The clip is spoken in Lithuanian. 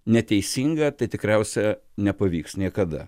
neteisinga tai tikriausia nepavyks niekada